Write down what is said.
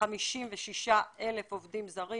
כ-56 אלף עובדים זרים